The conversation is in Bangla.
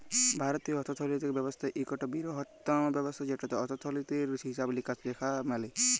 ভারতীয় অথ্থলিতি ব্যবস্থা ইকট বিরহত্তম ব্যবস্থা যেটতে অথ্থলিতির হিছাব লিকাস দ্যাখা ম্যালে